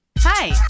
Hi